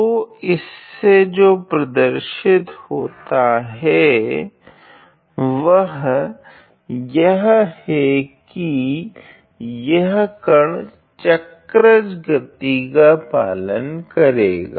तो इससे जो प्रदर्शित होता है वह यह है की यह कण चक्रज गति का पालन करेगा